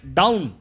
down